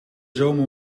zomer